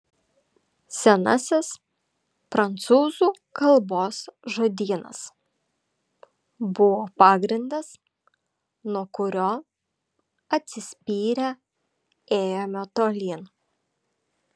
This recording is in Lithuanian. senasis prancūzų kalbos žodynas buvo pagrindas nuo kurio atsispyrę ėjome tolyn